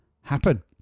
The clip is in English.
happen